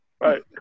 Right